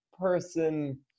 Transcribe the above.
person